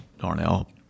Darnell